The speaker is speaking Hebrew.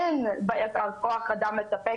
אין כוח אדם מספק,